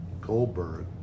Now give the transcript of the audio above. Goldberg